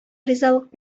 ризалык